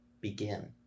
begin